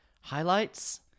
Highlights